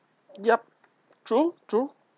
yup true true